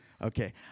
Okay